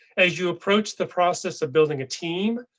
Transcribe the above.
as you approach the process of building a team,